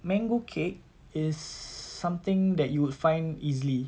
mango cake is something that you would find easily